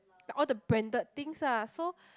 the all the branded things ah so